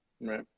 Right